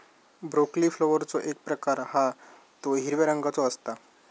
broccoli फ्लॉवरचो एक प्रकार हा तो हिरव्या रंगाचो असता